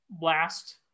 last